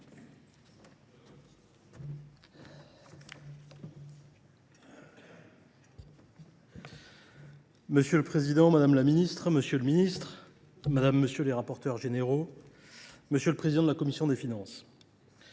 Monsieur le Président, Madame la Ministre, Monsieur le Ministre, Madame, Monsieur les rapporteurs généraux, Monsieur le Président de la Commission des Finances,